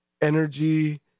energy